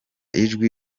ijwi